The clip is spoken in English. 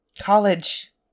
college